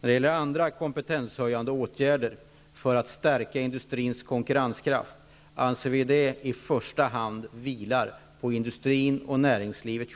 Regeringen anser att ansvaret för andra kompetenshöjande åtgärder för att stärka industrins konkurrenskraft vilar i första hand på industrin och näringslivet.